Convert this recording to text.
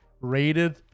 rated